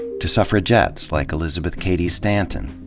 to suffragists like elizabeth cady stanton.